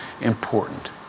important